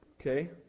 Okay